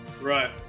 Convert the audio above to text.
Right